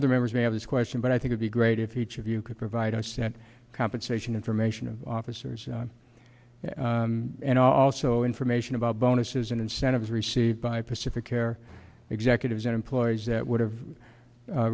other members may have this question but i think i'd be great if each of you could provide i sent compensation information of officers and also information about bonuses and incentives received by pacific care executives and employees that would have